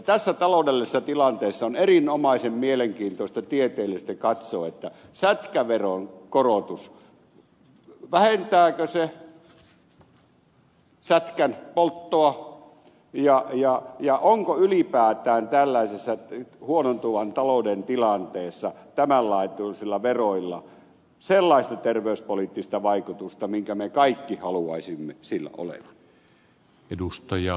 tässä taloudellisessa tilanteessa on erinomaisen mielenkiintoista tieteellisesti katsoa vähentääkö sätkäveron korotus sätkän polttoa ja onko ylipäätään tällaisessa huonontuvan talouden tilanteessa tämän laatuisilla veroilla sellaista terveyspoliittista vaikutusta minkä me kaikki haluaisimme niillä olevan